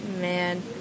man